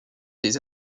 des